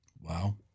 Wow